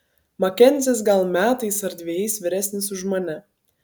makenzis gal metais ar dvejais vyresnis už mane